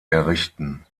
errichten